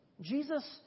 Jesus